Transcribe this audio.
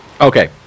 okay